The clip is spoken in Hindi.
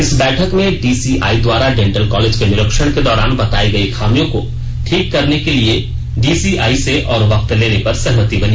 इस बैठक में डीसीआई द्वारा डेंटल कॉलेज के निरिक्षण के दौरान बताई गयी खामियों को ठीक करने के लिए डीसीआई से और वक्त लेने पर सहमति बनी